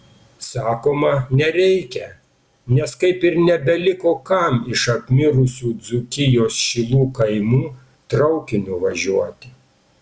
sakoma nereikia nes kaip ir nebeliko kam iš apmirusių dzūkijos šilų kaimų traukiniu važiuoti